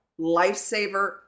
lifesaver